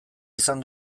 izan